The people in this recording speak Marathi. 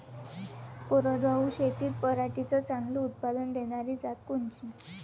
कोरडवाहू शेतीत पराटीचं चांगलं उत्पादन देनारी जात कोनची?